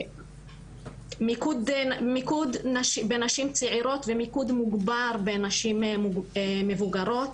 מיקוד בנשים צעירות ומיקוד מוגבר בנשים מבוגרות,